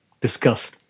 discuss